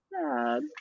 sad